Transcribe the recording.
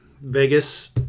Vegas